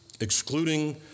Excluding